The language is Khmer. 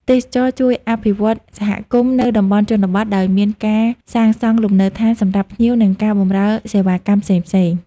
ទេសចរណ៍ជួយអភិវឌ្ឍសហគមន៍នៅតំបន់ជនបទ ដោយមានការសាងសង់លំនៅដ្ឋានសម្រាប់ភ្ញៀវ និងការបម្រើសេវាកម្មផ្សងៗ។